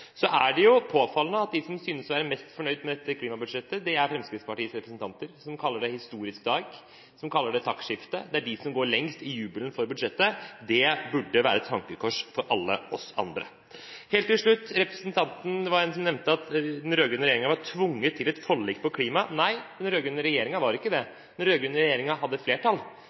Så er det påfallende at de som synes å være mest fornøyd med dette klimabudsjettet, er Fremskrittspartiets representanter, som kaller det en historisk dag, som kaller det taktskifte. Det er de som går lengst i jubelen over budsjettet. Det burde være et tankekors for alle oss andre. Så helt til slutt: Det var en som nevnte at den rød-grønne regjeringen var tvunget til et forlik om klima. Nei, den rød-grønne regjeringen var ikke det. Den rød-grønne regjeringen hadde flertall. Men man gikk til Stortinget for å få et